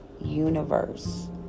universe